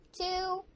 two